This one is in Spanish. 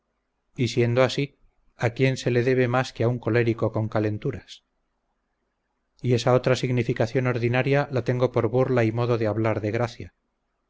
siendo así a quién se le debe más que a un colérico con calenturas y esa otra significación ordinaria la tengo por burla y modo de hablar de gracia